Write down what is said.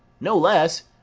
no less?